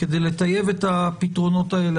כדי לטייב את הפתרונות האלה,